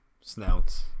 snouts